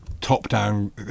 top-down